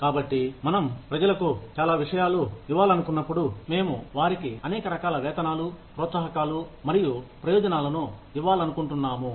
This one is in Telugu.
కాబట్టి మనం ప్రజలకు చాలా విషయాలు ఇవ్వాలనుకున్నప్పుడు మేము వారికి అనేక రకాల వేతనాలు ప్రోత్సాహకాలు మరియు ప్రయోజనాలను ఇవ్వాళనుకుంటున్నాము